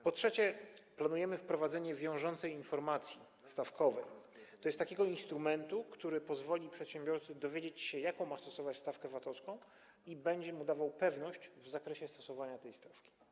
Po trzecie, planujemy wprowadzenie wiążącej informacji stawkowej, tj. takiego instrumentu, który pozwoli przedsiębiorstwu dowiedzieć się, jaką stawkę VAT-owską ma stosować i będzie mu dawał pewność w zakresie stosowania tej stawki.